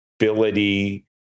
ability